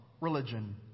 religion